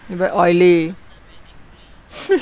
and very oily